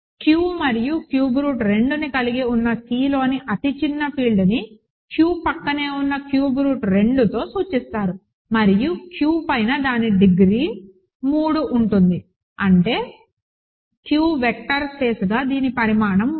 Q మరియు cube root 2ని కలిగి ఉన్న Cలోని అతి చిన్న ఫీల్డ్ని Q ప్రక్కనే ఉన్న క్యూబ్ రూట్ 2తో సూచిస్తారు మరియు Q పై దాని డిగ్రీ 3 ఉంటుంది అంటే Q వెక్టర్ స్పేస్గా దీని పరిమాణం 3